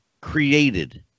created